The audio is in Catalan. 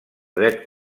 dret